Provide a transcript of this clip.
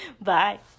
Bye